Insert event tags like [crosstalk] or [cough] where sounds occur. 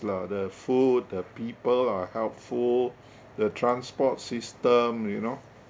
lah the food the people are helpful [breath] the transport system you know